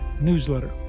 newsletter